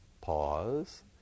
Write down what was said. Pause